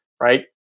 Right